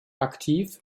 aktiv